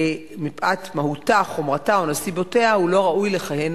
מפאת מהותה, חומרתה או נסיבותיה הוא לא ראוי לכהן